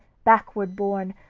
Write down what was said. backward borne,